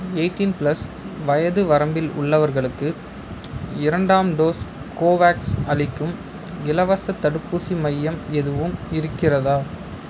eighteen plus வயது வரம்பில் உள்ளவர்களுக்கு இரண்டாம் டோஸ் கோவேக்ஸ் அளிக்கும் இலவசத் தடுப்பூசி மையம் எதுவும் இருக்கிறதா